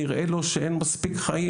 נראה לו שאין מספיק חיים,